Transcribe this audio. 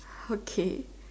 okay